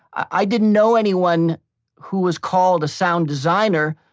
i didn't know anyone who was called a sound designer,